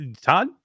todd